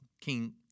King